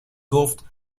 گفت